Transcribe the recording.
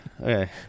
Okay